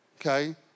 okay